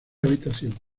habitación